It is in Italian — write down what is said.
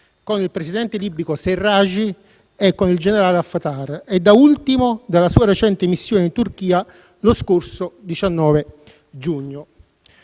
con il presidente libico Sarraj e con il generale Haftar e, da ultimo, dalla sua recente missione in Turchia lo scorso 19 giugno.